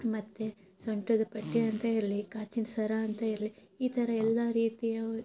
ಮತ್ತು ಸೊಂಟದ ಪಟ್ಟಿಯಂತ ಇರಲಿ ಕಾಸಿನ ಸರ ಅಂತ ಇರಲಿ ಈ ಥರ ಎಲ್ಲ ರೀತಿಯವು